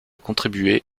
contribué